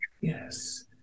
Yes